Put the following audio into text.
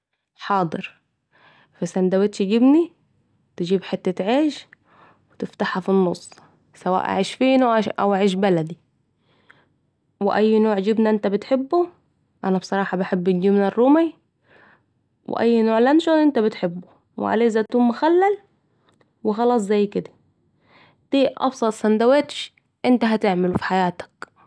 حاضر، في سندوتش جبنه تجيب حتت عيش تفتحها في النص سواء عيش فينو أو عيش بلدي وتحط فيها أي نوع جبنه أنت بتحبه أنا بصراحة بحب الجبنه الرومي علية أي نوع لنشون أنت بتحبه عليه زتون مخلل وخلاص زي كده ، ده ابسط سندوتش أنت هتعملوا في حياتك